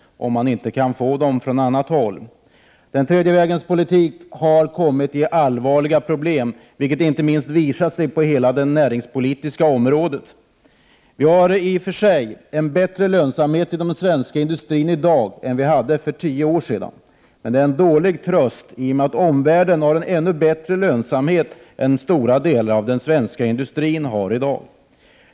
Den tredje vägens politik har kommit i allvarliga problem, vilket inte minst visar sig på det näringspolitiska området. Vi har i och för sig en bättre lönsamhet inom den svenska industrin i dag än för tio år sedan. Men det är en dålig tröst i och med att omvärlden har ännu bättre lönsamhet än stora delar av den svenska industrin har i dag.